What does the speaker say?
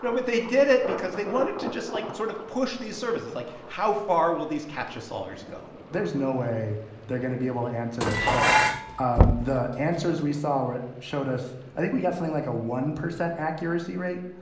but they did it because they wanted to just, like, sort of push these services. like, how far will these captcha-solvers go? there's no way they're going to be able to answer this. but um the answers we saw it showed us i think we got something like a one percent accuracy rate,